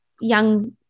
young